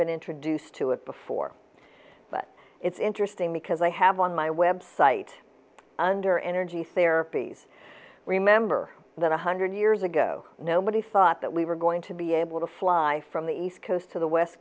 been introduced to it before but it's interesting because i have on my website under energies therapies remember that one hundred years ago nobody thought that we were going to be able to fly from the east coast to the west